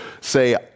say